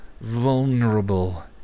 vulnerable